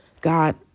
God